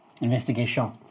Investigation